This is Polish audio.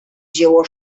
dzieło